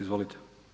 Izvolite.